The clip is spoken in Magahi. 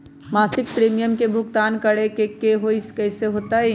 मासिक प्रीमियम के भुगतान करे के हई कैसे होतई?